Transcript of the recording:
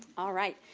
all right.